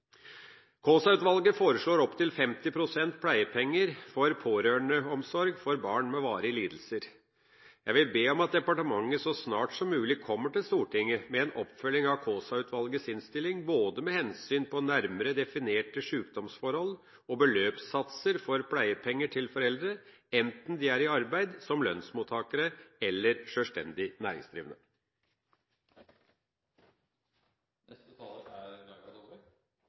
Kaasa-utvalget foreslår opptil 50 pst. pleiepenger for pårørendeomsorg for barn med varige lidelser. Jeg vil be om at departementet så snart som mulig kommer til Stortinget med en oppfølging av Kaasa-utvalgets innstilling når det gjelder både nærmere definerte sjukdomsforhold og beløpssatser for pleiepenger til foreldre, enten de er i arbeid som lønnsmottakere eller som sjølstendig